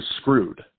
screwed